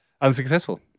Unsuccessful